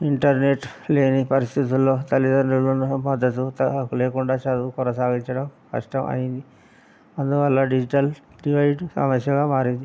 internet లేని పరిస్థితుల్లో తల్లిదండ్రులను మద్దతు లేకుండా చదువు కొనసాగించడం కష్టం అయింది అందువల్ల డిజిటల్ డివైడ్ సమస్యగా మారింది